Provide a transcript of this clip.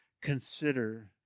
consider